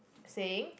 saying